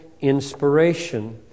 inspiration